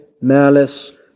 malice